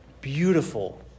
beautiful